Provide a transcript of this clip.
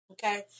Okay